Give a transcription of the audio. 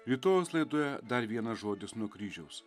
rytojaus laidoje dar vienas žodis nuo kryžiaus